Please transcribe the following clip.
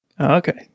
Okay